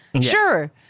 Sure